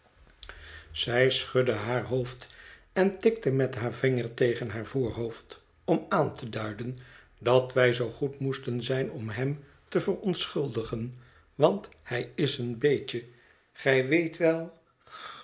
zij schudde haar hoofd en tikte met haar vinger tegen haar voorhoofd om aan te duiden dat wij zoo goed moesten zijn om hem te verontschuldigen want hij is een beetje gij weet wel